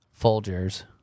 Folgers